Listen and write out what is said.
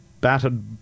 battered